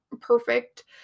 perfect